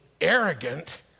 arrogant